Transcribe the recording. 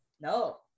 No